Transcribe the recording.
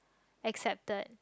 accepted